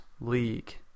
league